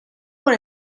por